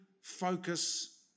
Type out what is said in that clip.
focus